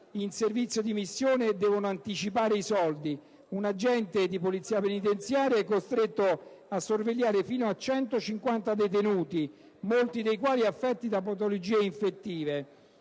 in servizio di missione debbono anticipare i soldi. Un agente di Polizia penitenziaria è costretto a sorvegliare fino 150 detenuti, molti dei quali affetti da patologie infettive.